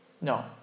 No